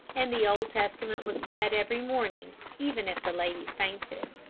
and the old testament was read every morning, even if the ladies fainted.